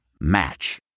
Match